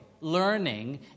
learning